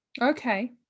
Okay